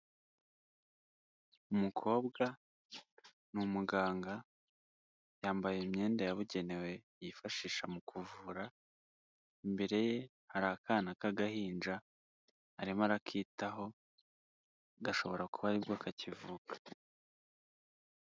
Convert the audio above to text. Umukobwa ni umuganga yambaye imyenda yabugenewe yifashisha mu kuvura, imbere ye hari akana k'agahinja arimo arakitaho gashobora kuba aribwo kakivuka.